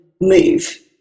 move